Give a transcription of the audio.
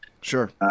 Sure